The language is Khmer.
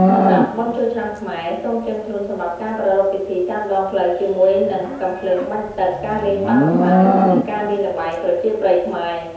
សម្រាប់បុណ្យចូលឆ្នាំខ្មែរ សូមត្រៀមខ្លួនសម្រាប់ការប្រារព្ធពិធីតាមដងផ្លូវជាមួយនឹងកាំភ្លើងបាញ់ទឹក ការលេងប៉ាតម្សៅ និងការលែងល្បែងប្រជាប្រិយខ្មែរ។